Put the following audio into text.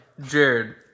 Jared